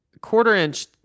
quarter-inch